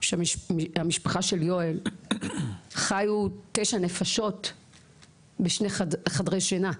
שהמשפחה של יואל חיו תשע נפשות בשני חדרי שינה,